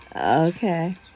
Okay